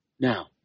Now